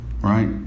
Right